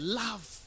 love